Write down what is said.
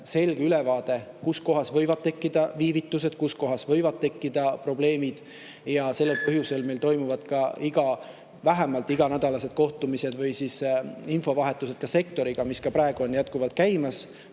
selge ülevaade, kus kohas võivad tekkida viivitused, kus kohas võivad tekkida probleemid. Sellel põhjusel meil toimuvad ka vähemalt iganädalased kohtumised või siis infovahetused sektoriga. Ka praegu on need jätkuvalt käimas